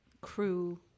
crew